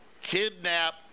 kidnap